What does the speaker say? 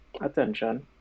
attention